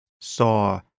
saw